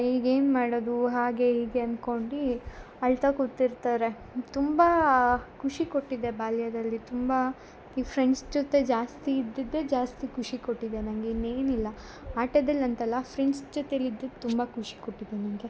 ಈಗೇನು ಮಾಡೋದು ಹಾಗೆ ಹೀಗೆ ಅಂದ್ಕೊಂಡು ಅಳ್ತಾ ಕೂತಿರ್ತಾರೆ ತುಂಬಾ ಖುಷಿ ಕೊಟ್ಟಿದೆ ಬಾಲ್ಯದಲ್ಲಿ ತುಂಬ ಈ ಫ್ರೆಂಡ್ಸ್ ಜೊತೆ ಜಾಸ್ತಿ ಇದ್ದಿದ್ದೆ ಜಾಸ್ತಿ ಖುಷಿ ಕೊಟ್ಟಿದೆ ನನಗೆ ಇನ್ನೇನಿಲ್ಲ ಆಟದಲ್ಲಂತಲ್ಲ ಫ್ರೆಂಡ್ಸ್ ಜೊತೆಲಿ ಇದ್ದಿದ್ದು ತುಂಬ ಖುಷಿ ಕೊಟ್ಟಿದೆ ನನಗೆ